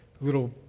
little